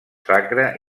sacre